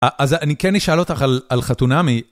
אז אני כן אשאל אותך על חתונה מי?